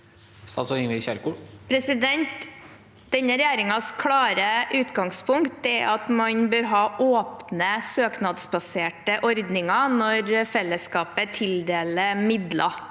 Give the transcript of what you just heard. Denne regjer- ingens klare utgangspunkt er at man bør ha åpne, søknadsbaserte ordninger når fellesskapet tildeler midler.